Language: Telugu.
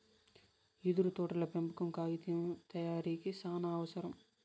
యెదురు తోటల పెంపకం కాగితం తయారీకి సానావసరం